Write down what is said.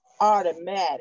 automatic